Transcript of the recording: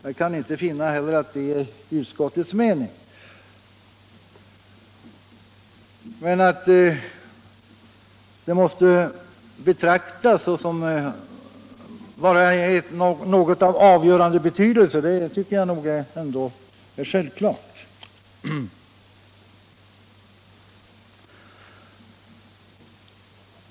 Jag kan inte finna att detta är utskottets mening. Men att det måste betraktas som någonting som har avgörande betydelse tycker jag är självklart.